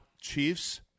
Chiefs